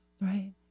Right